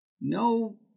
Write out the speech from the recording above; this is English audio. no